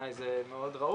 ובעיניי זה מאוד ראוי.